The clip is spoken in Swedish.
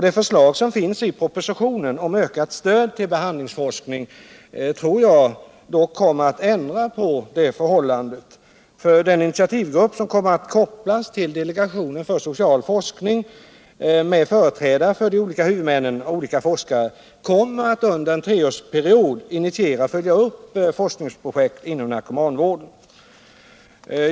Det förslag som finns i propositionen om ökat stöd till behandlingsforskning tror jag ändå kommer att ändra på det förhållandet. Den initiativgrupp, med företrädare för olika huvudmän och olika forskare, som kommer att kopplas till delegationen för social forskning kommer under en treårsperiod att initiera och följa upp forskningsprojekt inom narkomanvården.